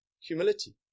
Humility